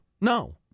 No